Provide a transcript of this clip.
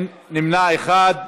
נמנע אחד.